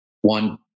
one